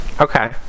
Okay